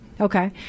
Okay